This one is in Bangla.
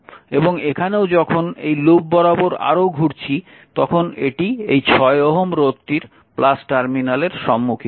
এবং এখানেও যখন এই লুপ বরাবর আরও ঘুরছি তখন এটি এই 6 ওহম রোধটির টার্মিনালের সম্মুখীন হচ্ছে